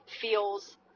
feels